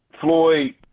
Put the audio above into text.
Floyd